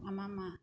আমাৰ মা